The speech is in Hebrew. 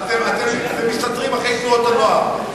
לא, לא, לא, אתם מסתתרים מאחורי תנועות הנוער.